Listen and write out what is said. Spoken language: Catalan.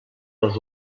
els